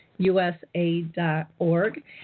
USA.org